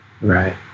Right